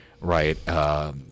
right